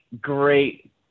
great